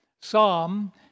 Psalm